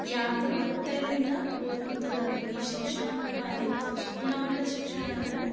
ಯಾರದೋ ಒತ್ತಾಯ್ದಿಂದ ಓದುವಂಥದ್ದಲ್ಲ ಈ ಶಿಕ್ಷಣ ಕೂಡ ಅದೇ ಗುಣಮಟ್ಟದ ಶಿಕ್ಷಣ ಅಂದ್ರೆ